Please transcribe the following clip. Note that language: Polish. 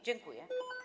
Dziękuję.